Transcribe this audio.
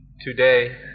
Today